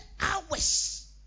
hours